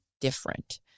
different